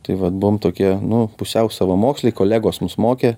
tai vat buvom tokie nu pusiau savamoksliai kolegos mus mokė